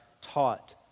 taught